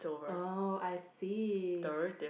oh I see